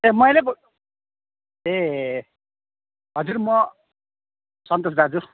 ए मैले पो ए हजुर म सन्तोष दाजु